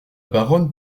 baronne